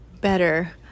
better